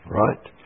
right